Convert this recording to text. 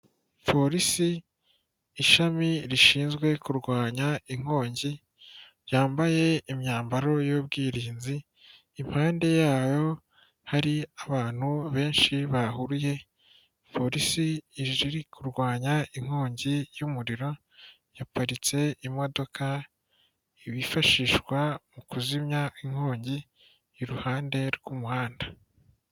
Polisi ishami rishinzwe kurwanya inkongi yambaye imyambaro y'ubwirinzi, impande yayo hari abantu benshi bahuruye. Polisi ije iri kurwanya inkongi y'umuriro, yaparitse imodoka ibifashishwa mu kuzimya inkongi iruhande rw'umuhanda.